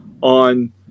on